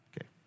Okay